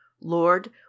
lord